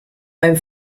beim